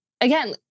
again